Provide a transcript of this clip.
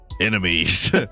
enemies